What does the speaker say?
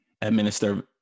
administer